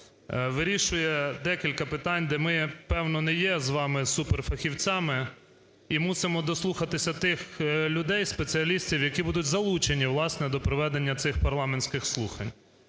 вирішує декілька питань, де ми, певно, не є з вами суперфахівцями і мусимо дослухатися тих людей - спеціалістів, які будуть залучені, власне, до проведення цих парламентських слухань.